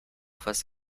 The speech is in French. faces